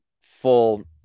full